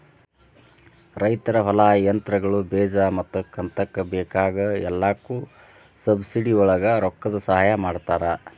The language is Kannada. ರೈತರ ಹೊಲಾ, ಯಂತ್ರಗಳು, ಬೇಜಾ ಮತ್ತ ಕಂತಕ್ಕ ಬೇಕಾಗ ಎಲ್ಲಾಕು ಸಬ್ಸಿಡಿವಳಗ ರೊಕ್ಕದ ಸಹಾಯ ಮಾಡತಾರ